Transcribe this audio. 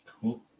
Cool